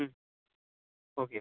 okay